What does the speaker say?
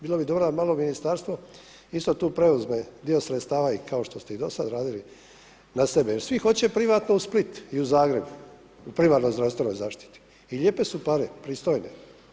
Bilo bi dobro da malo ministarstvo isto tu preuzme dio sredstava i kao što ste i do sada radili na sebe, jer svi hoće privatno u Split i u Zagreb u privatnoj zdravstvenoj zaštiti i lijepe su pare, pristojne.